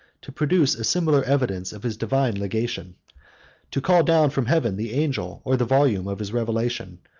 to produce a similar evidence of his divine legation to call down from heaven the angel or the volume of his revelation,